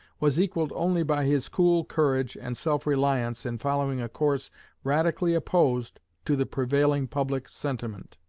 was equaled only by his cool courage and self-reliance in following a course radically opposed to the prevailing public sentiment,